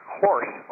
horse